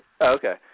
Okay